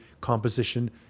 composition